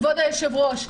כבוד היושב-ראש.